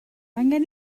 angen